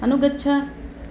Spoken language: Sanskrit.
अनुगच्छ